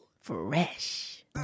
Fresh